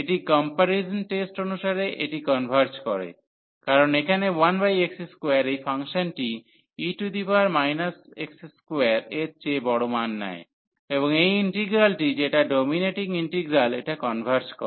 এই comparison test অনুসারে এটি কনভার্জ করে কারণ এখানে 1x2 এই ফাংশনটি e x2 এর চেয়ে বড় মান নেয় এবং এই ইন্টিগ্রালটি যেটা ডোমিনেটিং ইন্টিগ্রাল এটা কনভার্জ করে